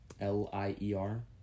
L-I-E-R